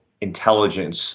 intelligence